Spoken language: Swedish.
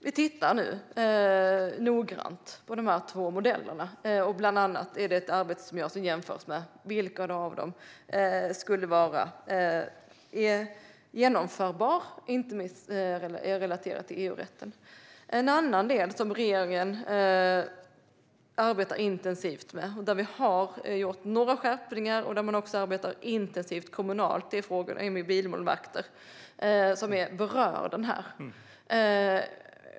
Vi tittar nu noggrant på dessa två modeller. Bland annat görs ett arbete för att jämföra vilken av dem som skulle vara genomförbar, inte minst relaterat till EU-rätten. En annan del där regeringen arbetar intensivt och har gjort några skärpningar och där man också arbetar intensivt kommunalt är frågan om bilmålvakter, som berörs här.